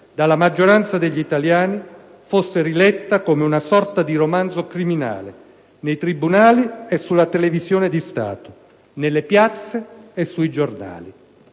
dalla maggioranza degli italiani fosse riletta come una sorta di "romanzo criminale", nei tribunali e sulla televisione di Stato, nelle piazze e sui giornali.